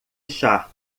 sharp